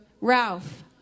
Ralph